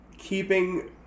Keeping